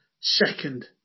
second